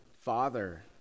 father